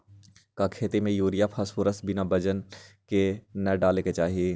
का खेती में यूरिया फास्फोरस बिना वजन के न डाले के चाहि?